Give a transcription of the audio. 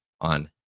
on